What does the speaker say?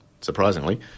surprisingly